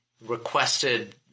requested